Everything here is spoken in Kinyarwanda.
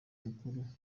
mukuru